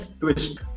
twist